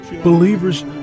believers